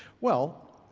well,